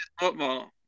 football